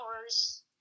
hours